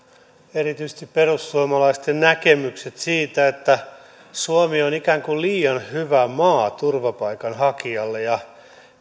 erityisesti nämä perussuomalaisten näkemykset siitä että suomi on ikään kuin liian hyvä maa turvapaikanhakijalle ja